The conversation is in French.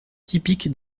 typique